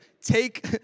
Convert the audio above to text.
Take